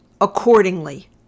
accordingly